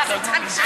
הצעה